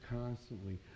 constantly